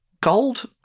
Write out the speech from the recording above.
Gold